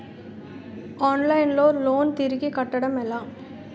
Online లో loan తిరిగి కట్టడం ఎలా?